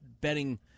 betting